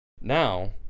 now